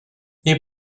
you